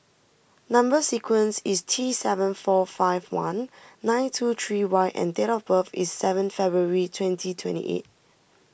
Number Sequence is T seven four five one nine two three Y and date of birth is seven February twenty twenty eight